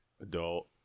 adult